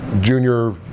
junior